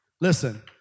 Listen